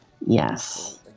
yes